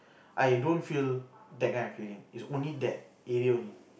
I don't feel that kind of feeling it's only that area only